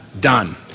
done